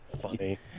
Funny